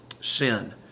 sin